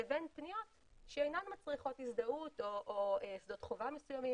לבין פניות שאינן מצריכות הזדהות או שדות חובה מסוימים